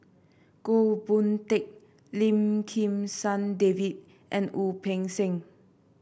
Goh Boon Teck Lim Kim San David and Wu Peng Seng